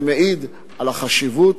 זה מעיד על החשיבות,